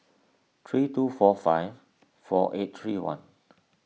three two four five four eight three one